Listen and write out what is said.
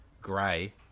grey